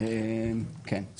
אני